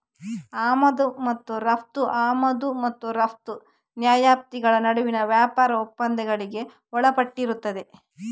ಆಮದು ಮತ್ತು ರಫ್ತು ಆಮದು ಮತ್ತು ರಫ್ತು ನ್ಯಾಯವ್ಯಾಪ್ತಿಗಳ ನಡುವಿನ ವ್ಯಾಪಾರ ಒಪ್ಪಂದಗಳಿಗೆ ಒಳಪಟ್ಟಿರುತ್ತದೆ